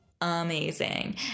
amazing